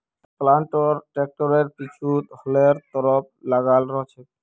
planter ट्रैक्टरेर पीछु हलेर तरह लगाल रह छेक